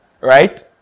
Right